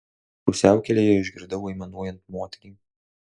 pusiaukelėje išgirdau aimanuojant moterį